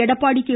Edappadi K